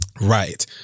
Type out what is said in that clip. Right